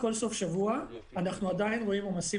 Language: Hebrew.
כל סוף שבוע אנחנו עדיין רואים עומסים